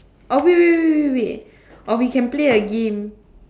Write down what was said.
or wait wait wait wait wait or we can play a game